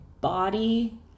body